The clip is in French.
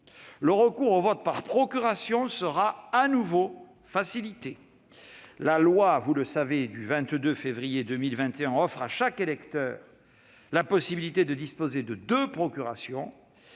Le recours au vote par procuration sera de nouveau facilité : la loi du 22 février 2021 offre à chaque électeur la possibilité de disposer de deux procurations.